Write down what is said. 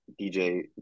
DJ